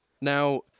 now